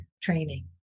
training